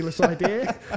idea